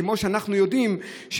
כמו שאנחנו יודעים,